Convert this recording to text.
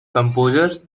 composers